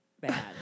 bad